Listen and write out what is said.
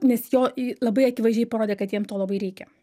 nes jo į labai akivaizdžiai parodė kad jiem to labai reikia